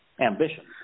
ambition